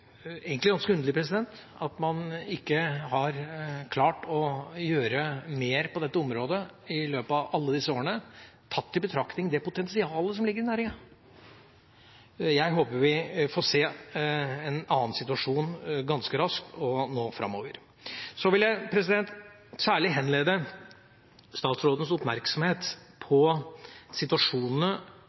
har klart å gjøre mer på dette området i løpet av alle disse årene, tatt i betraktning det potensialet som ligger i næringa. Jeg håper vi får se en annen situasjon ganske raskt nå framover. Så vil jeg særlig henlede statsrådens oppmerksomhet på